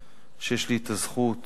שיש לי הזכות